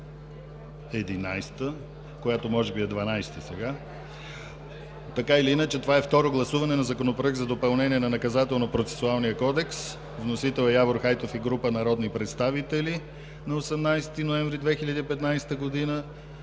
11, която може би е дванадесета сега, така или иначе това е второ гласуване на Законопроекта за допълнение на Наказателнопроцесуалния кодекс, вносител е Явор Хайтов и група народни представители на 18 ноември 2015 г.,